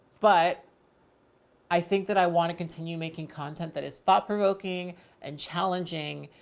but i think that i want to continue making content that is thought provoking and challenging,